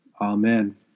Amen